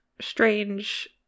strange